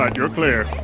ah you're clear.